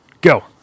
Go